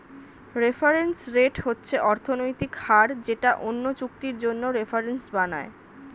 reference rate হচ্ছে অর্থনৈতিক হার যেটা অন্য চুক্তির জন্য রেফারেন্স বানায়